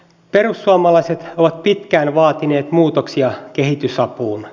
perussuomalaiset ovat pitkään vaatineet muutoksia kehitysapuun